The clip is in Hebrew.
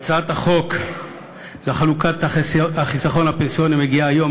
הצעת החוק לחלוקת החיסכון הפנסיוני מגיעה היום